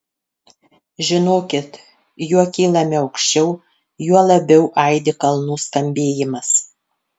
žinokit juo kylame aukščiau juo labiau aidi kalnų skambėjimas